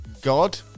God